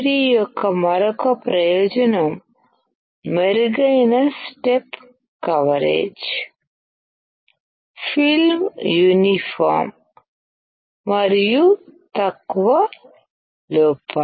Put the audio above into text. LPCVD యొక్క మరొక ప్రయోజనం మెరుగైన స్టెప్ కవరేజ్ ఫిల్మ్ యూనిఫామ్ మరియు తక్కువ లోపాలు